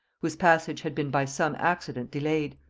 whose passage had been by some accident delayed.